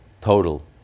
total